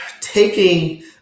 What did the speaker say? taking